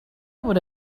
would